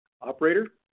Operator